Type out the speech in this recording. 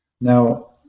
Now